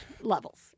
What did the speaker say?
levels